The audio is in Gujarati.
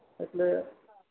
એટલે